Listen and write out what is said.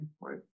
right